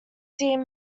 dear